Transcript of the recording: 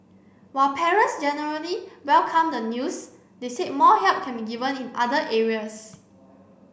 while parents generally welcomed the news they said more help can be given in other areas